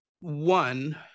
one